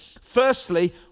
Firstly